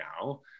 now